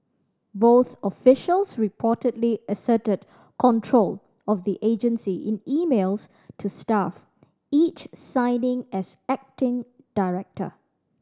both officials reportedly asserted control of the agency in emails to staff each signing as acting director